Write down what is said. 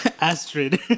Astrid